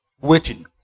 waiting